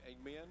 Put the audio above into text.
Amen